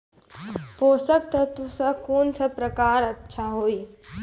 पोसक तत्व मे कून सब प्रकार अछि?